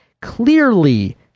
clearly